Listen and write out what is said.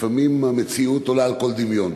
לפעמים המציאות עולה על כל דמיון,